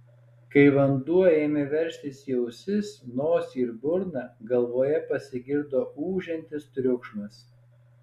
kai vanduo ėmė veržtis į ausis nosį ir burną galvoje pasigirdo ūžiantis triukšmas